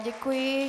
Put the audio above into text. Děkuji.